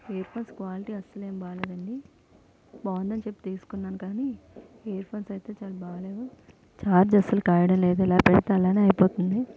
ear phones quality అసలు ఏమి బాగా లేదు అండి బాగుందని చెప్పి తీసుకున్నకాని ఇయర్ ఫోన్స్ అయితే చాలా బాగాలేవు ఛార్జ్ అసలు కావడం లేదు ఎలా పెడితే అలానే అయిపోతుంది